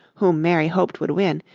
whom mary hoped would win,